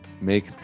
make